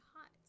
hot